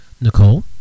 Nicole